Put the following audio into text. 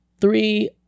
three